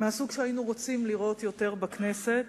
מהסוג שהיינו רוצים לראות יותר בכנסת,